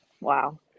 Wow